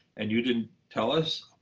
and you didn't tell us?